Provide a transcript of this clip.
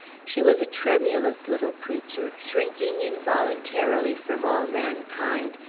she was a tremulous little creature, shrinking involuntarily from all mankind,